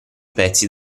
pezzi